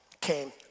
came